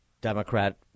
Democrat